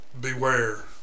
beware